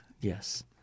Yes